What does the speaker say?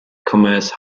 commerce